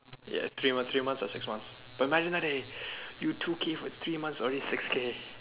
ya three month three months or six months but imagine that eh you two K for three months already six K